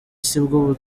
sibwo